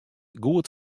goed